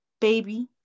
baby